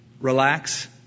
relax